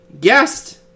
guest